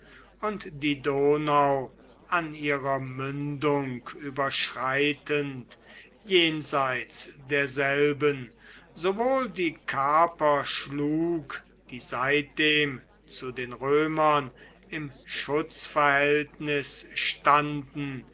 und die donau an ihrer mündung überschreitend jenseits derselben sowohl die carper schlug die seitdem zu den römern im schutzverhältnis standen